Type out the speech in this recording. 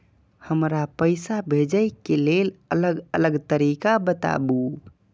हमरा पैसा भेजै के लेल अलग अलग तरीका बताबु?